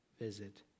visit